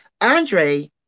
Andre